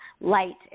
light